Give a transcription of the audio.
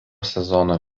sezono